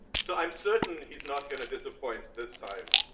so, i'm certain he's not gonna disappoint this time.